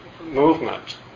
movement